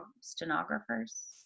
stenographers